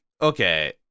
okay